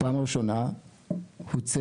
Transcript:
בפעם הראשונה הוצאתי,